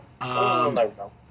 no